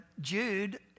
Jude